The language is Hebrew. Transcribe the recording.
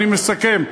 אני מסכם,